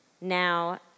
now